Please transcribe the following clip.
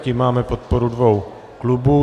Tím máme podporu dvou klubů.